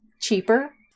cheaper